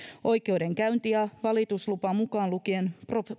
oikeudenkäynti ja valituslupa mukaan lukien